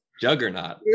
juggernaut